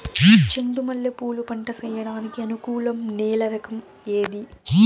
చెండు మల్లె పూలు పంట సేయడానికి అనుకూలం నేల రకం ఏది